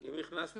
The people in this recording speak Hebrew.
אם נכנס ב-(ג)